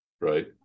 right